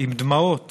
עם דמעות